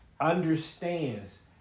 understands